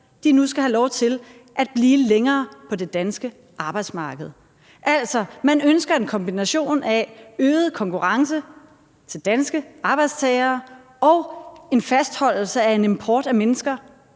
nu skal have lov til at blive længere på det danske arbejdsmarked. Altså, man ønsker en kombination af øget konkurrence til danske arbejdstagere og en fastholdelse af en import af mennesker,